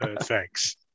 thanks